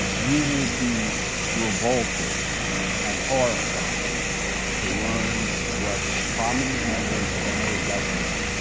you will be revolted and horrified to learn what prominent members of our government,